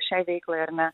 šiai veiklai ar ne